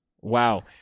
Wow